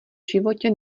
životě